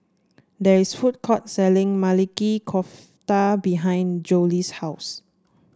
there is food court selling Maili Kofta behind Zollie's house